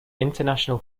international